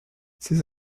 ces